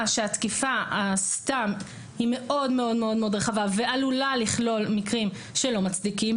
שהתקיפה סתם היא מאוד מאוד רחבה ועלולה לכלול מקרים שלא מצדיקים.